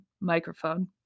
microphone